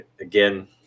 again